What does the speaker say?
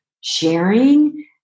sharing